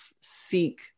seek